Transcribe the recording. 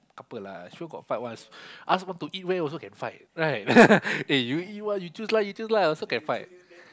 couple lah sure got fight one ask want to eat where also can fight right eh you eat what you choose lah you choose lah also can fight